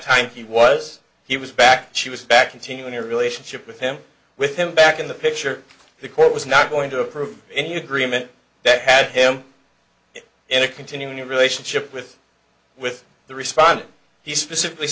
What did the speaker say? time he was he was back she was back until your relationship with him with him back in the picture the court was not going to approve any agreement that had him in a continuing relationship with with the response he specifically